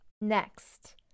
Next